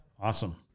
awesome